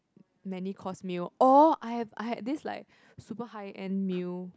many course meal or I have I had this like super high end meal